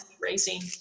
Racing